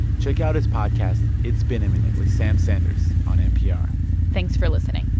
check out his podcast it's been a minute with sam sanders on npr thanks for listening